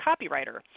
copywriter